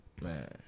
Man